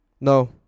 No